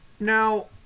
now